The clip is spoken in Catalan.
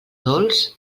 dolç